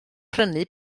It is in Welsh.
prynu